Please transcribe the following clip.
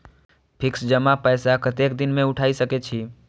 Fix जमा पैसा कतेक दिन में उठाई सके छी?